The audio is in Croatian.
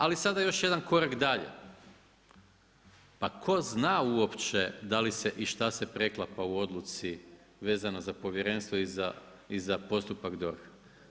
Ali, sada još jedan korak dalje, pa tko zna uopće da li se i što se preklapa u odluci vezano za povjerenstvo i za postupak DORH.